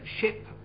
ship